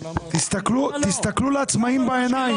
תתסכלו לעצמאים בעיניים.